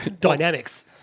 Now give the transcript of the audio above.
dynamics